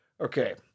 Okay